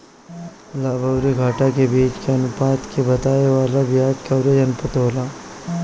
लाभ अउरी घाटा के बीच के अनुपात के बतावे वाला बियाज कवरेज अनुपात होला